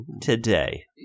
today